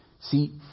See